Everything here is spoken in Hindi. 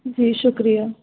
जी शुक्रिया